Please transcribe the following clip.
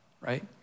right